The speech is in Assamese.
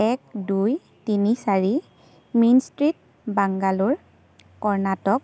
এক দুই তিনি চাৰি মেইন ষ্ট্ৰীট বাংগালোৰ কৰ্ণাটক